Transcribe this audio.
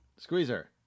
Squeezer